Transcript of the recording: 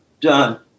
done